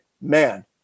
man